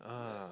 uh